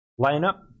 lineup